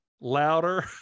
louder